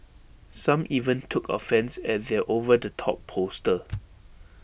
some even took offence at their over the top poster